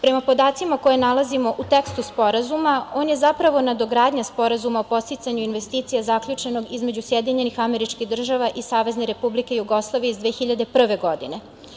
Prema podacima koje nalazimo u tekstu Sporazuma, on je zapravo nadogradnja Sporazuma o podsticanju investicija zaključenog između SAD i SRJ iz 2001. godine.